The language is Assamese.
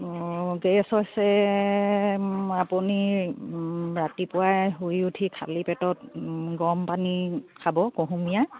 অঁ গেছ হৈছে আপুনি ৰাতিপুৱাই শুই উঠি খালি পেটত গৰম পানী খাব কুহুমীয়া